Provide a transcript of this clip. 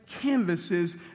canvases